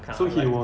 kind of like